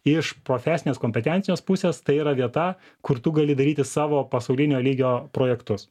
iš profesinės kompetencijos pusės tai yra vieta kur tu gali darytis savo pasaulinio lygio projektus